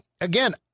again